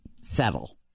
settle